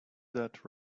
that